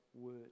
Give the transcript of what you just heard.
word